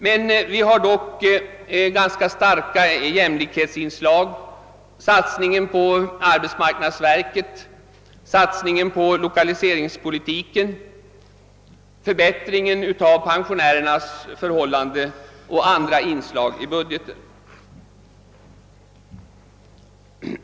Men vi har dock ganska starka jämlikhetsinslag: satsningen på arbetsmarknadsverket och på lokaliseringspolitiken, förbättringen av pensionärernas förhållanden och andra inslag i budgeten.